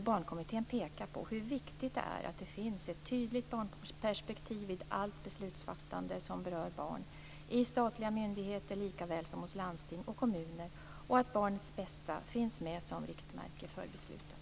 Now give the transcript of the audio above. Barnkommittén pekar på hur viktigt det är att det finns ett tydligt barnperspektiv vid allt beslutsfattande som berör barn; i statliga myndigheter lika väl som hos landsting och kommuner och att barnets bästa finns med som riktmärke för besluten.